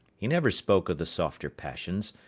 he never spoke of the softer passions,